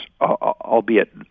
albeit